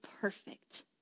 perfect